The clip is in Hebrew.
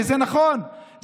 וזה נכון,